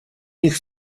них